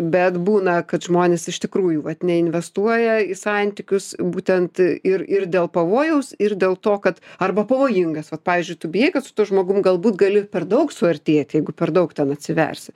bet būna kad žmonės iš tikrųjų vat neinvestuoja į santykius būtent ir ir dėl pavojaus ir dėl to kad arba pavojingas vat pavyzdžiui tu bijai kad su tuo žmogum galbūt gali per daug suartėti jeigu per daug ten atsiversi